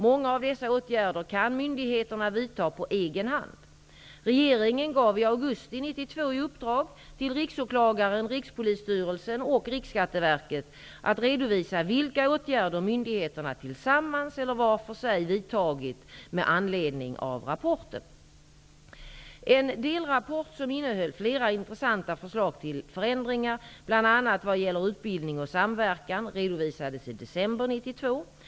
Många av dessa åtgärder kan myndigheterna vidta på egen hand. Regeringen gav i augusti 1992 i uppdrag till Riksåklagaren, Rikspolisstyrelsen och Riksskatteverket att redovisa vilka åtgärder myndigheterna tillsammans eller var för sig vidtagit med anledning av rapporten. En delrapport som innehöll flera intressanta förslag till förändringar, bl.a. vad gäller utbildning och samverkan, redovisades i december 1992.